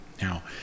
now